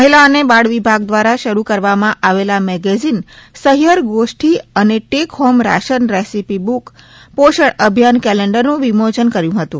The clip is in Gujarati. મહિલા અને બાળ વિભાગ દ્વારા શરૂ કરવામાં આવેલા મેગેઝિન સહિયર ગોષ્ઠિ અને take home ration recipe book પોષણ અભિયાન કેલેન્ડરનું વિમોચન કર્યુ હતું